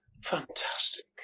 fantastic